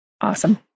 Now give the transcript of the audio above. Awesome